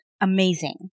amazing